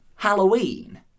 Halloween